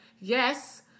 yes